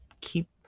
keep